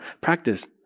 practice